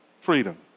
freedom